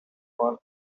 one